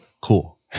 Cool